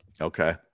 Okay